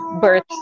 birth